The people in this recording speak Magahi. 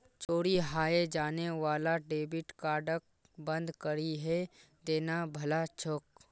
चोरी हाएं जाने वाला डेबिट कार्डक बंद करिहें देना भला छोक